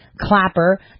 Clapper